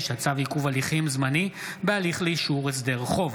9) (צו עיכוב הליכים זמני בהליך לאישור הסדר חוב),